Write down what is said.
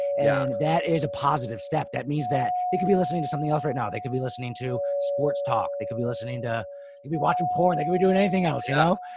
and that is a positive step. that means that they can be listening to something else. right now they could be listening to sports talk. they could be listening to maybe watching porn. they could be doing anything else, you know,